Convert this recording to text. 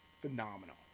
phenomenal